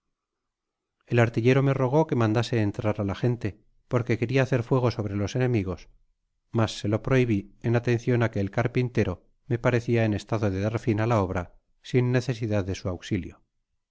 el ar tiuero me rogó que mandase entrar á la gente porque queria hacer fuego sobre los enemigos mas se lo prohibi en atenqioa á que el carpintero me parecia en estado de dar fio á la obra sin necesidad de su auxilio